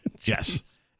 Yes